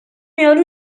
یارو